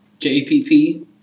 JPP